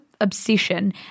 obsession